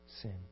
sin